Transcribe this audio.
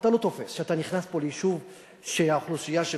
אתה לא תופס שאתה נכנס פה ליישוב שהאוכלוסייה שלו,